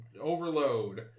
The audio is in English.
overload